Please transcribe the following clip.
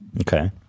Okay